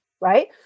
right